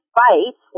fight